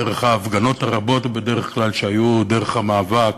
דרך ההפגנות הרבות בדרך כלל שהיו דרך המאבק.